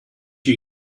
you